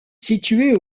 située